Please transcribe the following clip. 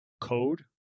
code